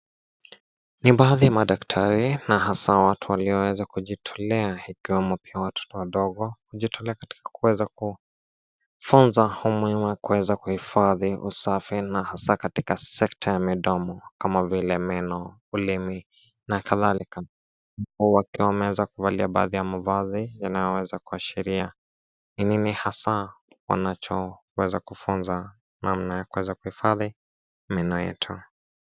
Ni baadhi ya madaktari na hasaa watu walioweza kujitolea, ikiwamo pia watoto wadogo kujitolea katika kuweza kufunza umuhimu wa kuweza kuhifadhi usafi na hasaa katika sekta ya midomo kama vile meno, ulimi na kadhalika, wakiwa wameweza kuvalia baadhi ya mavazi yanayoweza kuashiria ni nini hasaa wanachoweza kufunza namna ya kuweza kuhifadhi meno yetu.